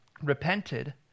repented